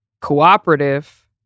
cooperative